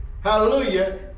hallelujah